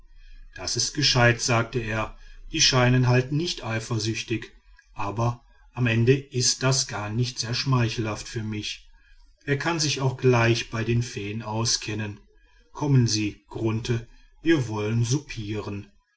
das ist gescheit sagte er die scheinen halt nicht eifersüchtig aber am ende ist das gar nicht sehr schmeichelhaft für mich wer kann sich auch gleich bei den feen auskennen kommen sie grunthe wir wollen soupieren